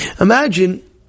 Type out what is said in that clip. Imagine